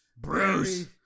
Bruce